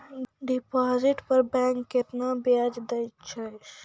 Deposit पर bank केतना ब्याज दै छै?